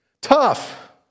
Tough